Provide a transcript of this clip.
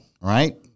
right